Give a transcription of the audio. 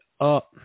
up